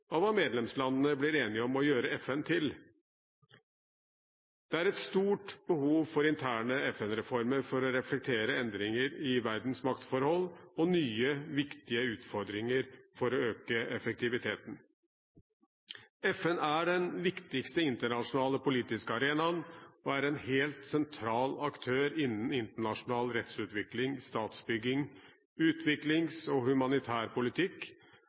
hva medlemslandene blir enige om å gjøre FN til. Det er et stort behov for interne FN-reformer for å reflektere endringer i verdens maktforhold og nye, viktige utfordringer for å øke effektiviteten. FN er den viktigste internasjonale politiske arenaen og er en helt sentral aktør innen internasjonal rettsutvikling, statsbygging, utviklings- og humanitær politikk,